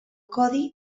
codi